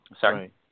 Sorry